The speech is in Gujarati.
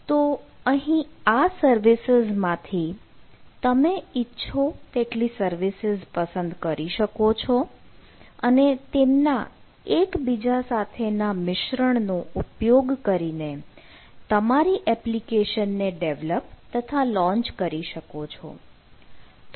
તો અહીં આ સર્વિસીઝ માંથી તમે ઈચ્છો તેટલી સર્વિસીઝ પસંદ કરી શકો છો અને તેમના એકબીજા સાથે ના મિશ્રણ નો ઉપયોગ કરીને તમારી એપ્લિકેશનને ડેવલપ તથા લોન્ચ કરી શકો છો